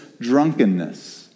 drunkenness